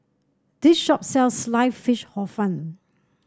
this shop sells slice fish Hor Fun